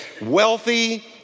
Wealthy